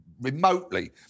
remotely